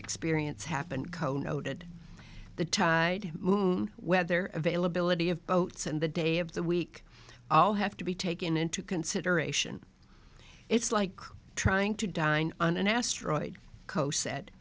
experience happen co noted the thai weather availability of boats and the day of the week all have to be taken into consideration it's like trying to dine on an asteroid co